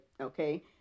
okay